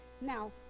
Now